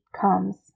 comes